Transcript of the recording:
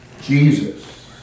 Jesus